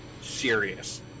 serious